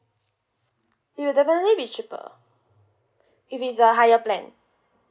it will definitely be cheaper if it's a higher plan